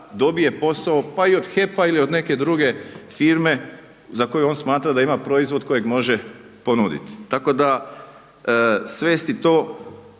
dobije posao, pa i od HEP-a ili od neke druge firme za koju on smatra da ima proizvod kojeg može ponudit, tako da svesti to